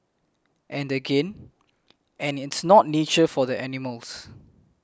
and again and it's not nature for the animals